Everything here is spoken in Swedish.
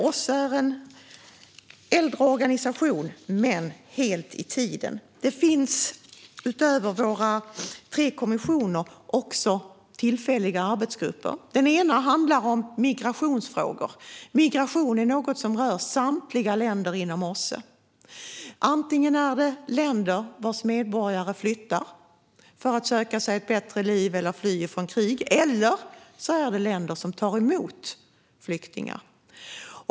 OSSE är en äldre organisation men helt i tiden. Det finns utöver våra tre kommissioner också tillfälliga arbetsgrupper. En handlar om migrationsfrågor. Migration är något som rör samtliga länder inom OSSE. Det är antingen länder vars medborgare flyttar för att söka sig ett bättre liv eller flyr från krig, eller länder som tar emot flyktingar.